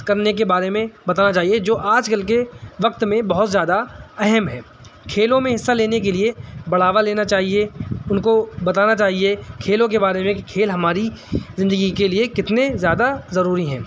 کرنے کے بارے میں بتانا چاہیے جو آج کل کے وقت میں بہت زیادہ اہم ہے کھیلوں میں حصہ لینے کے لیے بڑھاوا لینا چاہیے ان کو بتانا چاہیے کھیلوں کے بارے میں کہ کھیل ہماری زندگی کے لیے کتنے زیادہ ضروری ہیں